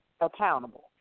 accountable